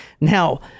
Now